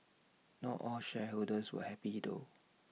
not all shareholders were happy though